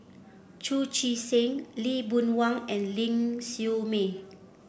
Chu Chee Seng Lee Boon Wang and Ling Siew May